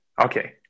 Okay